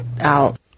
out